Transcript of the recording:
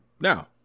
Now